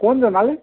কোন জোনালী